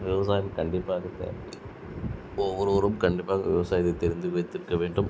விவசாயம் கண்டிப்பாக இருக்கு ஒவ்வொருவரும் கண்டிப்பாக விவசாயத்தை தெரிந்து வைத்திருக்க வேண்டும்